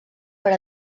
per